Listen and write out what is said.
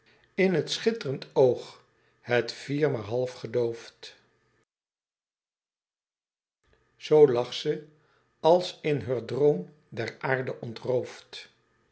in t schittrend oog het vier maar half gedoofd zoo lag ze als in heur droom der aarde ontroofd